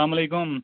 اَسلامُ علیکُم